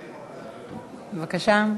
בבקשה.